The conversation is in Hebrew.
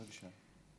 בבקשה.